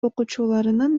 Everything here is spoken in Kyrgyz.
окуучуларынын